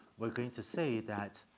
we're going to say that,